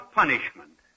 punishment